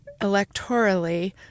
electorally